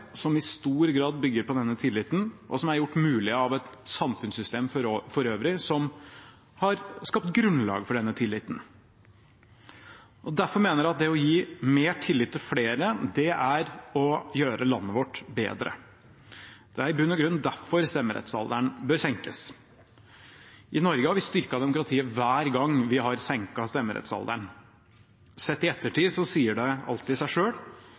som i stor grad bygger på denne tilliten, og som er gjort mulig av et samfunnssystem for øvrig som har skapt grunnlag for denne tilliten. Derfor mener jeg at det å gi mer tillit til flere er å gjøre landet vårt bedre. Det er i bunn og grunn derfor stemmerettsalderen bør senkes. I Norge har vi styrket demokratiet hver gang vi har senket stemmerettsalderen. Sett i ettertid sier det alt i seg